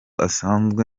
asanzwe